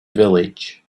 village